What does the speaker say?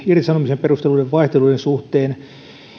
irtisanomisen perusteluiden vaihteluiden suhteen